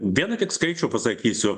vieną tik skaičių pasakysiu